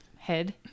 Head